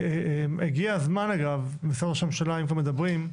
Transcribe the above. הגיע הזמן אגב, משרד ראש הממשלה, אם כבר מדברים,